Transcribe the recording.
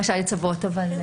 רשאי לצוות.